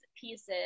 pieces